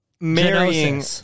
marrying